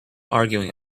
arguing